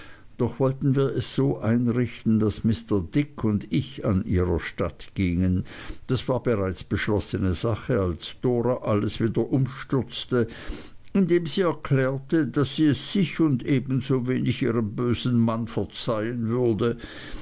doch wollten wir es so einrichten daß mr dick und ich an ihrer statt gingen das war bereits beschlossene sache als dora alles wieder umstürzte indem sie erklärte daß sie es sich und ebensowenig ihrem bösen mann verzeihen würde